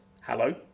Hello